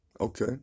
Okay